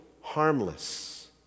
harmless